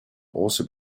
also